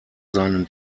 seinen